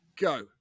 go